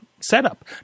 setup